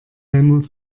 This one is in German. helmut